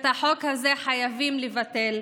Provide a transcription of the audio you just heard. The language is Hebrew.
את החוק הזה חייבים לבטל,